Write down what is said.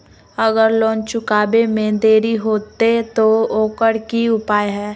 अगर लोन चुकावे में देरी होते तो ओकर की उपाय है?